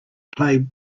play